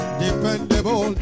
dependable